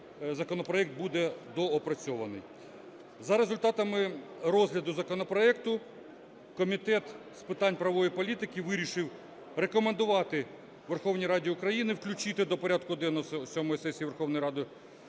законопроект буде доопрацьований. За результатами розгляду законопроекту Комітет з питань правової політики вирішив рекомендувати Верховній Раді України включити до порядку денного сьомої сесії Верховної Ради України